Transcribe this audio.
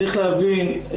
צריך להבין,